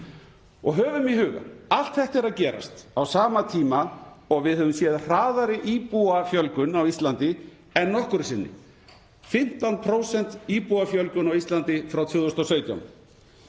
Og höfum í huga: Allt þetta er að gerast á sama tíma og við höfum séð hraðari íbúafjölgun en nokkru sinni, um 15% íbúafjölgun á Íslandi frá 2017.